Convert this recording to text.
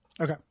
Okay